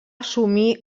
assumir